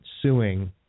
suing